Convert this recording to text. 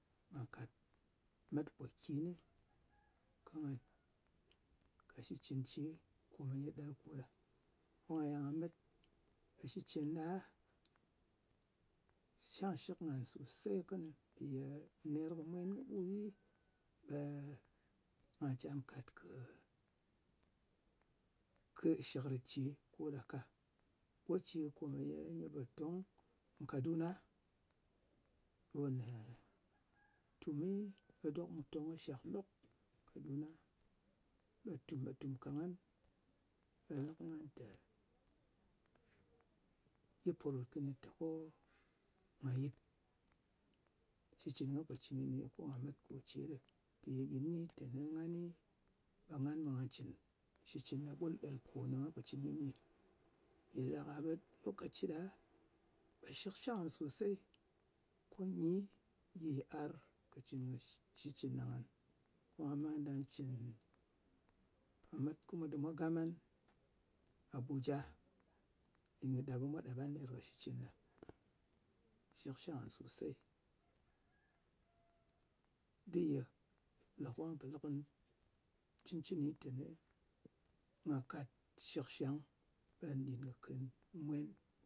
Nà kàt met mpòkini, ko nga kàt shitcɨn ce ko ye ɗel kò ɗa. Ko nga yàl nga met. Shitcɨn ɗa, shangshɨk ngan sosey kɨnɨ, mpì ye ner kɨ mwen kɨɓut ɗɨ, ɓe ngà cam kàt kɨ shɨkrìt ce ko ɗa ka. Go ce kòmeye nyɨ pò tong kaduna ɗò nè tumi, ɓe dok mù tong kɨ shàk lok nkaduna. Ɓe tùm ɓè tùm ka ngan, ɓè lɨ kɨ ngan tè, gyi pò ròt kɨnɨ tè nga yɨt shitcɨn nga po cɨn kɨnɨ nyɨ ko nga met ko ce ɗɨ. Mpì ye gyɨ ni teni ngani, ɓe ngan ɓà cɨn shitcɨn ɗa ɓul ɗel ko ne nga po cɨn kɨni nyɨ. Mpì ɗa ɗak-a ɓe lokaci ɗa ɓe shɨkshang mùn sosey, ko nyi gyi yiar kɨ shitcɨn ɗa ngan, ko nga ndà cɨn, nga met ko mwa dɨm mwa gan ngan abuja, nɗin kɨ ɗa ɓe mwa ɗap ngan shitcɨn ɗa. Shɨkshang ngan sosey. Bi ye le ko nga pò lɨ kɨnɨ cɨncɨni teni nga kat shɨk shang, ɓe nɗin kɨ kèn mwen,